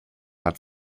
hat